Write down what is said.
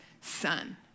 son